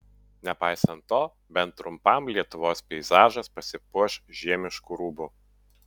nepaisant to bent trumpam lietuvos peizažas pasipuoš žiemišku rūbu